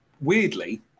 weirdly